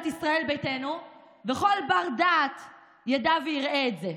ישראל ביתנו וכל בר-דעת ידע ויראה את זה,